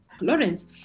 Lawrence